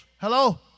Hello